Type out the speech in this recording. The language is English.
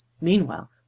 Meanwhile